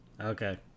okay